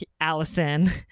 Allison